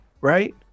Right